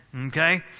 Okay